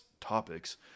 topics